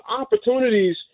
opportunities